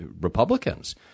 Republicans